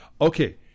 Okay